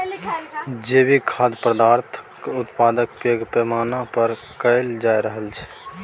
जैविक खाद्य पदार्थक उत्पादन पैघ पैमाना पर कएल जा रहल छै